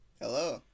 Hello